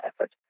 effort